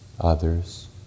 others